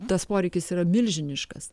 tas poreikis yra milžiniškas